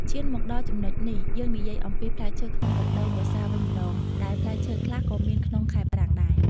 ឈានមកដល់ចំណុចនេះ យើងនិយាយអំពីផ្លែឈើក្នុងរដូវវស្សាវិញម្តង ដែលផ្លែឈើខ្លះក៏មានក្នុងខែប្រាំងដែរ។